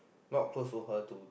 not close to her to